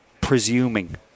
presuming